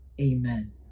amen